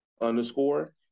underscore